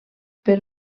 però